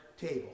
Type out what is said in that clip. table